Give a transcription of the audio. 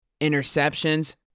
interceptions